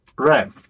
Right